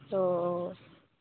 অঁ অঁ